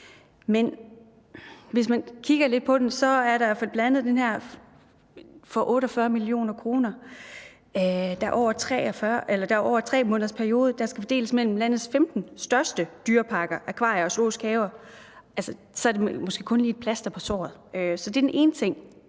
Men kigger man lidt på dem, er der bl.a. den her for 48 mio. kr., der over en 3-månedersperiode skal fordeles mellem landets 15 største dyreparker, akvarier og zoologiske haver – altså, så er det jo måske kun lige et plaster på såret. Så det er den ene ting.